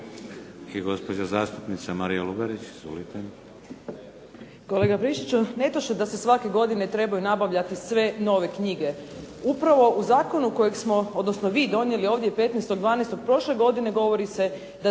I gospođa zastupnica Marija Lugarić. Izvolite.